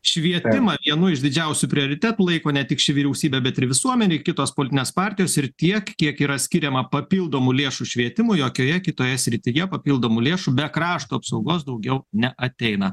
švietimą vienu iš didžiausių prioritetų laiko ne tik ši vyriausybė bet ir visuomenė kitos politinės partijos ir tiek kiek yra skiriama papildomų lėšų švietimui jokioje kitoje srityje papildomų lėšų be krašto apsaugos daugiau neateina